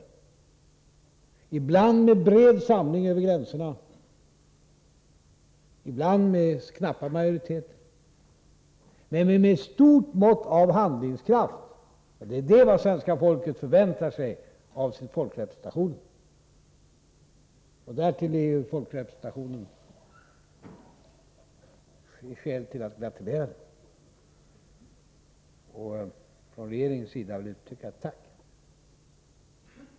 Det har ibland varit med en bred samling över gränserna, ibland med knappa majoriteter, men med ett stort mått av handlingskraft — och det är vad svenska folket förväntar sig av sin folkrepresentation. Till detta finns det skäl att gratulera folkrepresentationen, och från regeringens sida vill vi uttrycka ett tack.